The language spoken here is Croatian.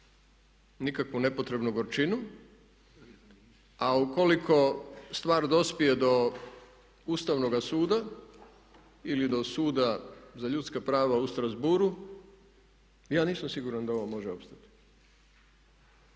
nikakvu nepotrebnu gorčinu. A ukoliko stvar dospije do Ustavnoga suda ili do suda za ljudska prava u Strasbourgu ja nisam siguran da ovo može opstati.